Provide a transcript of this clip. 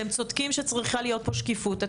אתם צודקים שצריכה להיות פה שקיפות.